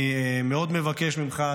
אני מאוד מבקש ממך,